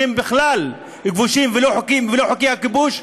שהם בכלל כבושים ולא חוקיים ולא חוקי הכיבוש,